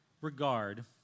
regard